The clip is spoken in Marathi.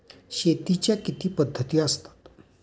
शेतीच्या किती पद्धती असतात?